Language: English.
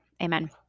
amen